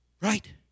right